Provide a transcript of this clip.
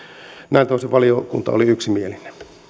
näiltä osin valiokunta oli yksimielinen